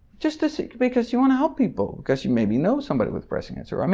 just because you want to help people, because you maybe know somebody with breast cancer, i mean